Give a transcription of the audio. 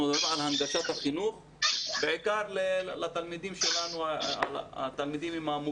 אנחנו מדברים על הנגשת החינוך בעיקר לתלמידים שלנו עם המוגבלויות.